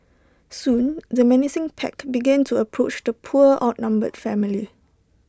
soon the menacing pack began to approach the poor outnumbered family